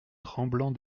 tremblant